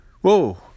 Whoa